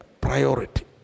priority